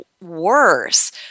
worse